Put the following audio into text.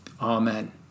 Amen